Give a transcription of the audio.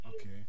Okay